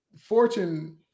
Fortune